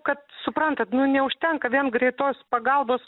kad suprantat nu neužtenka vien greitos pagalbos